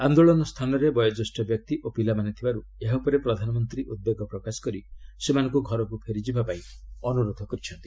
ଆନ୍ଦୋଳନ ସ୍ଥାନରେ ବୟୋଜ୍ୟେଷ୍ଠ ବ୍ୟକ୍ତି ଓ ପିଲାମାନେ ଥିବାରୁ ଏହା ଉପରେ ପ୍ରଧାନମନ୍ତ୍ରୀ ଉଦ୍ବେଗ ପ୍ରକାଶ କରି ସେମାନଙ୍କୁ ଘରକୁ ଫେରିଯିବା ପାଇଁ ଅନୁରୋଧ ଜଣାଇଛନ୍ତି